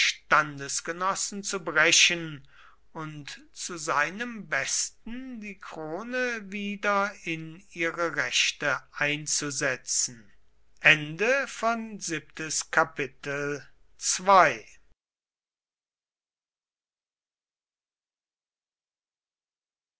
standesgenossen zu brechen und zu seinem besten die krone wieder in ihre rechte einzusetzen